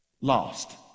Lost